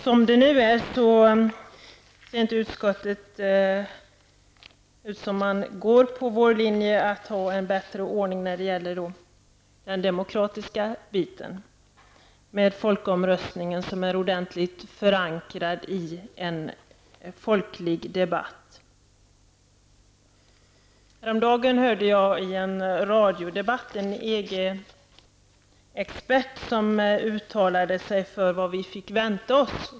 Som det nu är ser det inte ut som att utskottet vill gå på vår linje att få en bättre ordning när det gäller den demokratiska biten, med en folkomröstning som är ordentligt förankrad i en folklig debatt. Häromdagen hörde jag i en radiodebatt en EG expert uttala sig om vad vi har att förvänta oss.